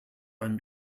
einen